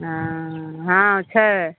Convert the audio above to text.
हँ छै